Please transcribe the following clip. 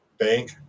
bank